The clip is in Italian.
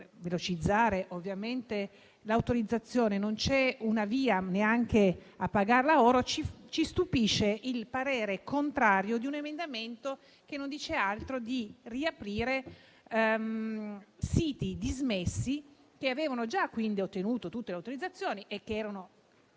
per velocizzare l'autorizzazione - non c'è una VIA, neanche a pagarla oro - ci stupisce il parere contrario a un emendamento che non dice altro che riaprire siti dismessi, che avevano già ottenuto tutte le autorizzazioni e che erano